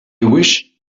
wish